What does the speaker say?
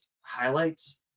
highlights